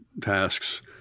tasks